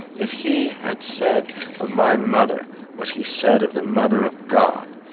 if he had said of my mother what he said of the mother of god,